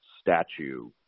statue